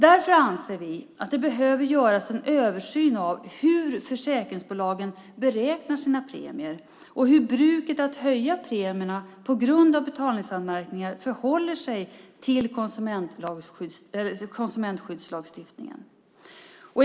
Därför anser vi att en översyn behöver göras av hur försäkringsbolagen beräknar sina premier och av hur bruket att höja premierna på grund av betalningsanmärkningar förhåller sig till lagstiftningen om konsumentskydd.